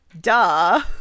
duh